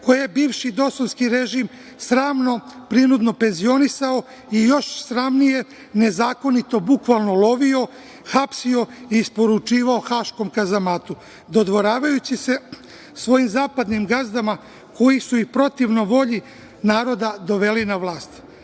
koje je bivši DOS-ovski režim sramno prinudno penzionisao i još sramnije nezakonito bukvalno lovio, hapsio i isporučivao haškom kazamatu, dodvoravajući se svojim zapadnim gazdama koji su ih protivno volji naroda doveli na vlast. Nećemo